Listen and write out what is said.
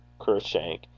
kershank